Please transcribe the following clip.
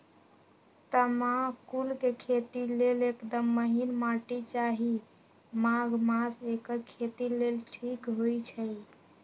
तमाकुल के खेती लेल एकदम महिन माटी चाहि माघ मास एकर खेती लेल ठीक होई छइ